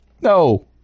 No